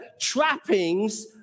trappings